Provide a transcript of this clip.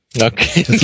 Okay